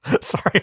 Sorry